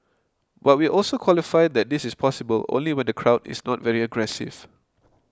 but we also qualify that this is possible only when the crowd is not very aggressive